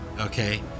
Okay